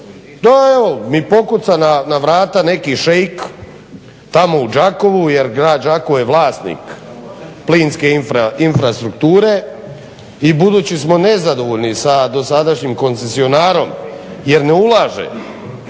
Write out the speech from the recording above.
evo mi pokuca na vrata tamo neki Šejk tamo u Đakovu jer grad Đakovo je vlasnik plinske infrastrukture i budući smo nezadovoljni sa dosadašnjim koncesionarom jer ne ulaže